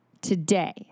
today